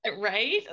right